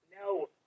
No